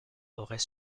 aurait